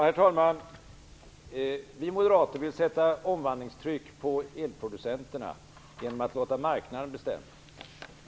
Herr talman! Vi moderater vill sätta omvandlingstryck på elproducenterna genom att låta marknaden bestämma.